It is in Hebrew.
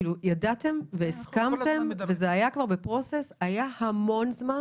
ידעתם והסכמתם, וזה כבר היה בתהליך, היה המון זמן.